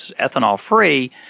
ethanol-free